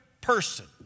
person